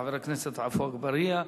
חבר הכנסת עפו אגבאריה.